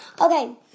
Okay